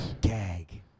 Gag